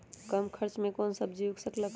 कम खर्च मे कौन सब्जी उग सकल ह?